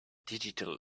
digital